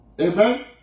Amen